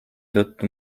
tõttu